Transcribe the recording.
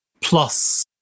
plus